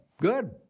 good